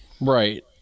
right